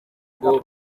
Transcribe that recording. ngo